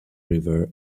river